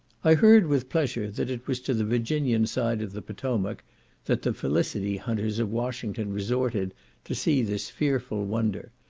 i heard with pleasure that it was to the virginian side of the potomac that the felicity hunters of washington resorted to see this fearful wonder,